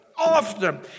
Often